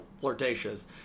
flirtatious